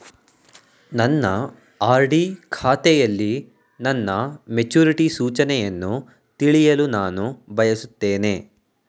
ನನ್ನ ಆರ್.ಡಿ ಖಾತೆಯಲ್ಲಿ ನನ್ನ ಮೆಚುರಿಟಿ ಸೂಚನೆಯನ್ನು ತಿಳಿಯಲು ನಾನು ಬಯಸುತ್ತೇನೆ